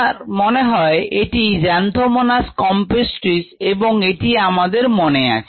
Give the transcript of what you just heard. আমার মনে হয় এটি Xanthomonas campestris এবং এটি আমাদের মনে আছে